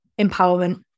empowerment